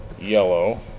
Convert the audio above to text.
yellow